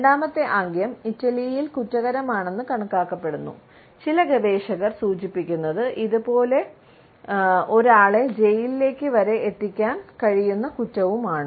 രണ്ടാമത്തെ ആംഗ്യം ഇറ്റലിയിൽ കുറ്റകരമാണെന്ന് കണക്കാക്കപ്പെടുന്നു ചില ഗവേഷകർ സൂചിപ്പിക്കുന്നത് പോലെ ഇത് ഒരാളെ ജയിലിലേക്ക് വരെ എത്തിക്കാൻ കഴിയുന്ന കുറ്റവുമാണ്